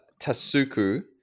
Tasuku